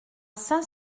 saint